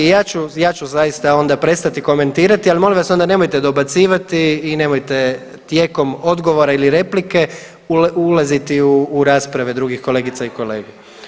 Ja ću zaista onda prestati komentirati, ali molim vas onda nemojte dobacivati i nemojte tijekom odgovora ili replike ulaziti u rasprave drugih kolegica i kolega.